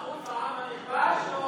לעם הנכבש?